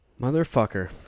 Motherfucker